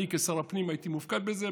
אני כשר הפנים הייתי מופקד על זה.